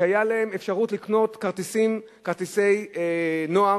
שהיתה להן אפשרות לקנות כרטיסיות נוער,